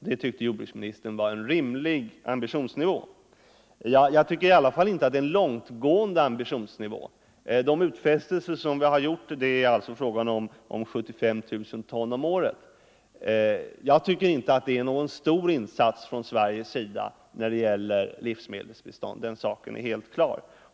Det tyckte jordbruksministern var en rimlig ambitionsnivå. Jag anser att det i alla fall inte är en långtgående ambitionsnivå. De utfästelser som Sverige har gjort — 75 000 ton om Nr 137 året — är inte någon stor insats när det gäller livsmedelsbistånd. Den Fredagen den saken är helt klar.